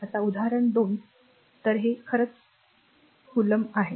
आता उदाहरण 2 तर हे खरंच coulombकोलंब आहे